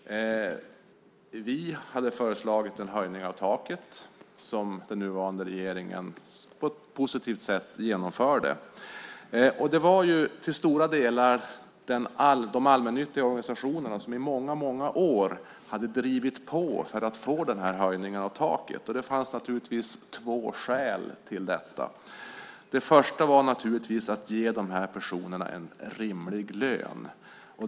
Vi hade föreslagit en höjning av taket, vilket den nuvarande regeringen på ett positivt sätt genomförde. Det var till stora delar de allmännyttiga organisationerna som i många, många år hade drivit på för att få den här höjningen av taket, och det fanns naturligtvis två skäl till detta. Det första var att ge de här personerna en rimlig lön.